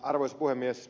arvoisa puhemies